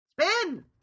spin